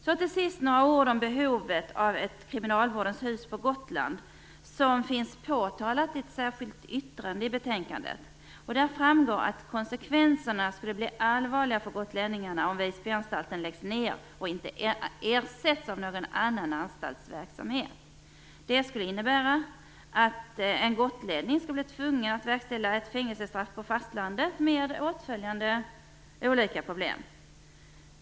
Så till sist några ord om behovet av ett kriminalvårdens hus på Gotland, som nämns i ett särskilt yttrande i betänkandet. Där framgår att konsekvenserna skulle bli allvarliga för gotlänningarna om Visbyanstalten lades ned och inte ersattes av annan anstaltsverksamhet. Det skulle innebära att en gotlänning skulle bli tvungen att verkställa ett fängelsestraff på fastlandet med åtföljande olika problem.